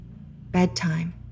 Bedtime